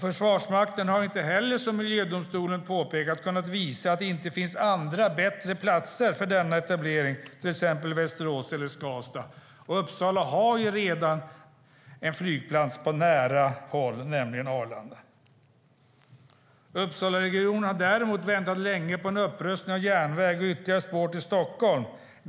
Försvarsmakten har inte heller, som miljödomstolen påpekat, kunnat visa att det inte finns andra, bättre platser för denna etablering, till exempel Västerås eller Skavsta. Uppsala har ju redan en flygplats på nära håll, nämligen Arlanda. Uppsalaregionen har däremot väntat länge på en upprustning av järnvägen och ytterligare spår till Stockholm.